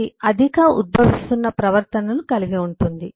ఇది అధిక ఉద్భవిస్తున్న ప్రవర్తనను కలిగి ఉంటుంది